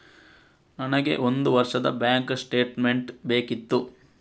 ನನಗೆ ಒಂದು ವರ್ಷದ ಬ್ಯಾಂಕ್ ಸ್ಟೇಟ್ಮೆಂಟ್ ಬೇಕಿತ್ತು